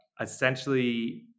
Essentially